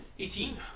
Eighteen